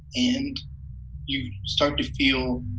and you start to feel